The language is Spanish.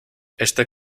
este